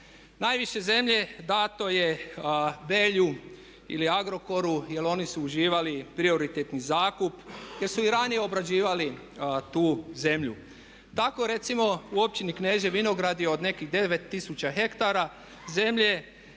Najviše zemlje dato je Belju ili Agrokoru jer oni su uživali prioritetni zakup jer su i ranije obrađivali tu zemlju. Tako recimo u Općini Kneževi Vinogradi od nekih 9 tisuća hektara zemlje